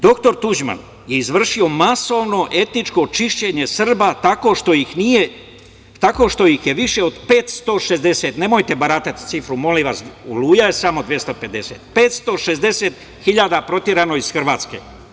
Doktor Tuđman je izvršio masovno etničko čišćenje Srba tako što ih je više od 560, nemojte baratati sa cifrom, molim vas, Oluja je samo 250, 560 hiljada je proterano iz Hrvatske.